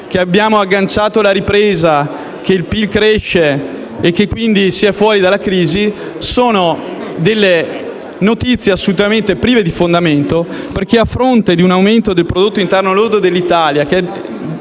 che abbiamo agganciato la ripresa, che il PIL cresce e che quindi, siamo fuori dalla crisi, dà notizie assolutamente prive di fondamento perché a fronte di un aumento del prodotto interno lordo italiano che è